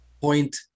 point